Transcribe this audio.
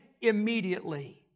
immediately